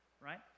Right